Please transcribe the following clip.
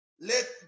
let